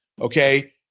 okay